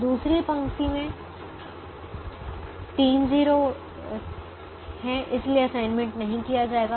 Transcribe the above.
दूसरी पंक्ति में तीन 0 है इसलिए असाइनमेंट नहीं किया जाएगा